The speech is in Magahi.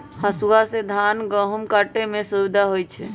हसुआ से धान गहुम काटे में सुविधा होई छै